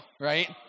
right